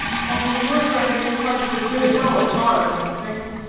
only your friend ain't quite so good a fellow at bottom, i should think.